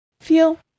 feel